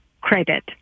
credit